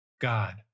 God